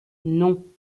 non